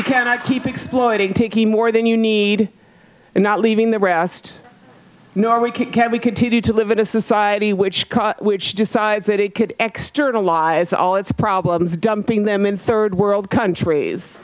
you cannot keep exploiting taking more than you need and not leaving the rest nor we can we continue to live in a society which which decides that it could extra lives all its problems dumping them in third world countries